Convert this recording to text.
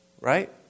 right